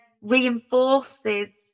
reinforces